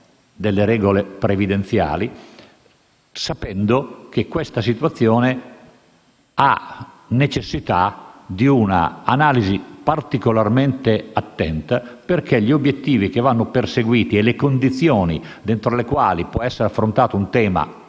delle regole previdenziali sapendo che c'è la necessità di un'analisi particolarmente attenta perché gli obiettivi che vanno perseguiti e le condizioni all'interno delle quali può essere affrontato il tema,